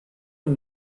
und